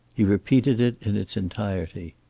he repeated it in its entirety.